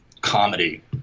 comedy